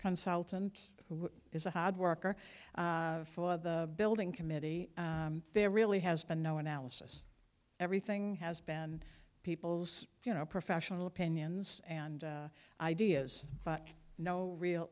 consultant who is a hard worker for the building committee there really has been no analysis everything has been people's you know professional opinions and ideas but no real